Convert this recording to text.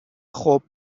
خوب